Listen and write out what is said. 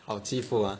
好欺负 mah